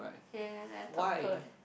ya ya like a top curl eh